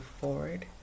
forward